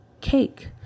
cake